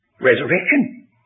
Resurrection